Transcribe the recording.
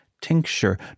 Tincture